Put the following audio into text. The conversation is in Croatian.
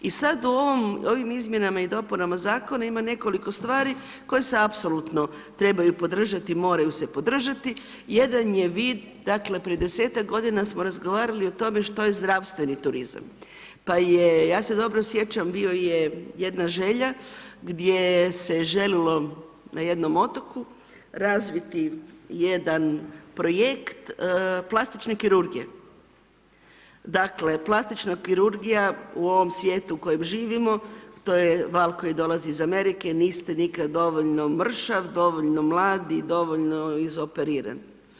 I sad u ovim izmjenama i dopunama zakona ima nekoliko stvari koje se apsolutno trebaju podržati, moraju se podržati, jedan je vid prije 10-ak godina smo razgovarali o tome što je zdravstveni turizam pa je, ja se dobro sjećam, bila je jedna želja gdje se željelo na jednom otoku razviti jedan projekt plastične kirurgije, dakle plastična kirurgija u ovom svijetu u kojem živimo, to je val koji dolazi iz Amerike, niste nikad dovoljno mršav, dovoljno mlad i dovoljno izoperiran.